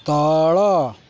ତଳ